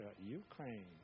Ukraine